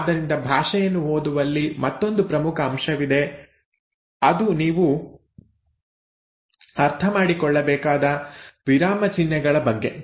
ಆದ್ದರಿಂದ ಭಾಷೆಯನ್ನು ಓದುವಲ್ಲಿ ಮತ್ತೊಂದು ಪ್ರಮುಖ ಅಂಶವಿದೆ ಅದು ನೀವು ಅರ್ಥಮಾಡಿಕೊಳ್ಳಬೇಕಾದ ವಿರಾಮಚಿಹ್ನೆಗಳ ಬಗ್ಗೆ